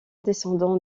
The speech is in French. descendant